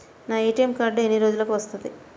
నా ATM card ఎన్ని రోజులకు వస్తుంది?